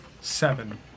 Seven